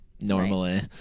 normally